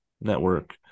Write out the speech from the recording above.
network